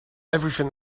everything